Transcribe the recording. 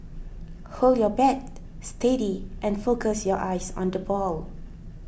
hold your bat steady and focus your eyes on the ball